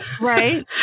Right